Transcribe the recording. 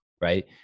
right